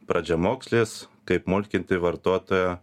pradžiamokslis kaip mulkinti vartotoją